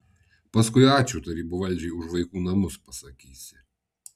paskui ačiū tarybų valdžiai už vaikų namus pasakysi